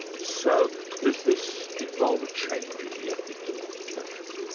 so does this involve a change in the ethics of the profession?